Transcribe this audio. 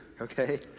okay